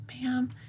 ma'am